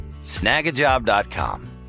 Snagajob.com